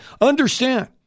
understand